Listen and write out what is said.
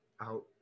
out